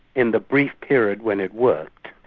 in the brief period when it worked,